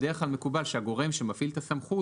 בדרך כלל מקובל שהגורם שמפעיל את הסמכות,